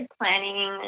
planning